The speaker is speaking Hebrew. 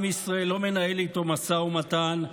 עם ישראל לא מנהל איתו משא ומתן,